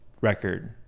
record